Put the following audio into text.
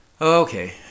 Okay